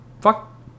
Fuck